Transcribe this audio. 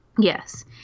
Yes